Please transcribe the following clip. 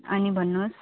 अनि भन्नुहोस्